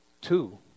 Two